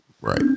right